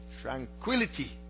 tranquility